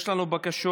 יש לנו בקשות.